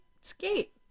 Skate